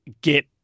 get